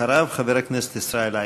ואחריו, חבר הכנסת ישראל אייכלר.